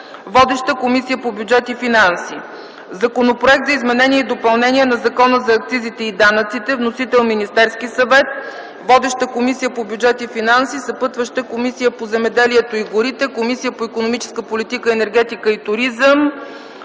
Водеща е Комисията по бюджет и финанси. Законопроект за изменение и допълнение на Закона за акцизите и данъчните складове. Вносител е Министерският съвет. Водеща е Комисията по бюджет и финанси. Съпътстващи са Комисията по земеделието и горите, Комисията по икономическата политика, енергетика и туризъм